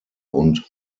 und